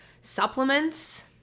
supplements